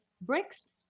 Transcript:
bricks